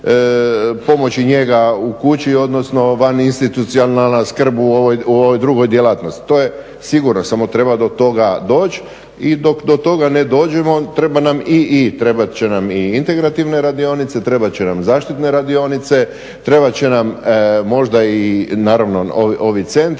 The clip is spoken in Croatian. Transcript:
pomoć i njega u kući odnosno vaninstitucionalna skrb u ovoj drugoj djelatnosti. To je sigurno samo treba do toga doći i dok do toga ne dođemo treba nam i integrativne radionice, trebat će nam zaštitne radionice, trebat će nam možda i ovi centri,